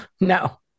No